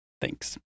Thanks